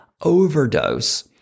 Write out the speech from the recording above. overdose